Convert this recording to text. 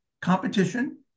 competition